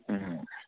ಹ್ಞೂ ಹ್ಞೂ